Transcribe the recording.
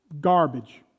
garbage